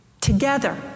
Together